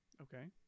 Okay